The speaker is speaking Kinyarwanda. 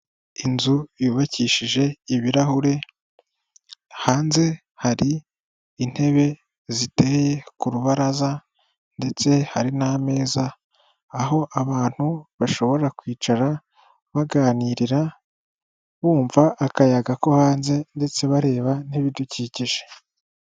Inzu yubakishije ibirahure, hanze hari intebe ziteye ku rubaraza ndetse hari n'ameza, aho abantu bashobora kwicara baganirira, bumva akayaga ko hanze ndetse bareba n'ibidukikije.